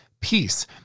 peace